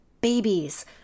babies